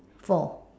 four